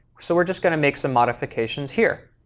so we're just going to make some modifications here.